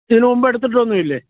ഇതിന് മുമ്പ് എടുത്തിട്ടൊന്നും ഇല്ലേ